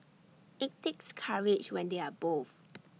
IT takes courage when they are both